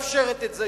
שמאפשרת את זה,